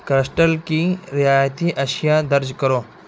crystal کی رعایتی اشیاء درج کرو